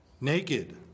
naked